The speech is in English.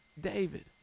David